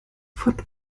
von